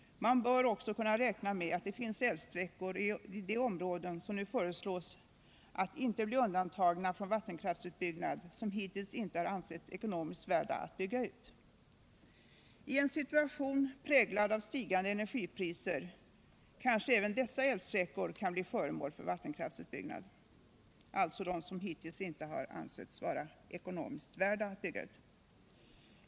Man bör också kunna räkna med att det finns älvsträckor i de områden som nu föreslås att inte bli undantagna från vattenkraftsutbyggnad som hittills inte har ansetts ekonomiskt värda att bygga ut. I en situation, präglad av stigande energipriser, kanske även dessa älvsträckor kan bli föremål för vattenkraftsutbyggnad, dvs. älvsträckor som hittills inte ansetts vara värda att byggas ut.